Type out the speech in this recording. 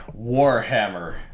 Warhammer